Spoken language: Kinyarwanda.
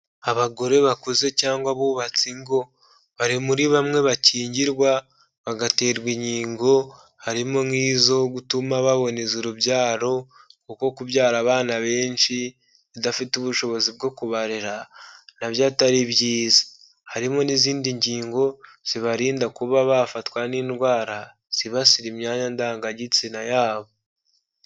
Abagore bakuze cyangwa bubatsi ingo bari muri bamwe bakingirwa bagaterwa inkingo, harimo nk'izo gutuma baboneza urubyaro kuko kubyara abana benshi udafite ubushobozi bwo kubarera na byo atari byiza, harimo n'izindi nkingo zibarinda kuba bafatwa n'indwara zibasira imyanya ndangagitsina yabo.